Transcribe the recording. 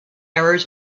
errors